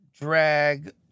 drag